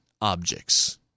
objects